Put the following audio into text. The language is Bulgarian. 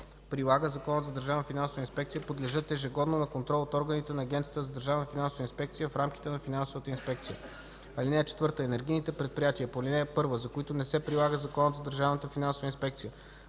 прилага Законът за държавната финансова инспекция, подлежат ежегодно на контрол от органите на Агенцията за държавна финансова инспекция в рамките на финансова инспекция. (4) Енергийните предприятия по ал. 1, за които не се прилага Законът за държавната финансова инспекция,